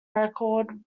record